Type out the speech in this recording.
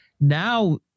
Now